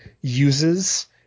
uses